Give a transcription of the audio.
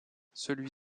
celui